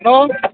hello